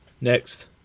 Next